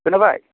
खोनाबाय